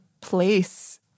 place